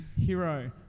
hero